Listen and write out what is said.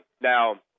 Now